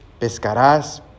pescarás